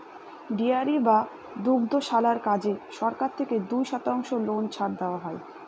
dairy বা দুগ্ধশালার কাজে সরকার থেকে দুই শতাংশ লোন ছাড় দেওয়া হয়